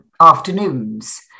afternoons